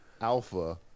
Alpha